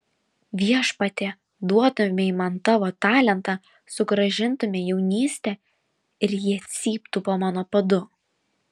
viešpatie duotumei man tavo talentą sugrąžintumei jaunystę ir jie cyptų po mano padu